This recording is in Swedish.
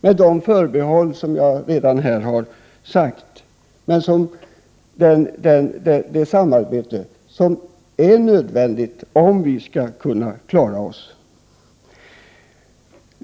med de förbehåll som jag redan har redogjort för, men som är nödvändigt om vi i Sverige skall kunna klara oss.